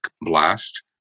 blast